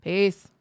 Peace